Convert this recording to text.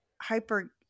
hyper